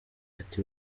ati